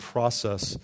Process